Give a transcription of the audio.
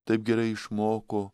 taip gerai išmoko